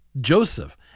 Joseph